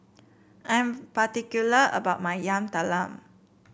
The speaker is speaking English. I'm particular about my Yam Talam